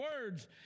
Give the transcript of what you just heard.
words